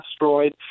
asteroid